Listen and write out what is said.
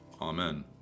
Amen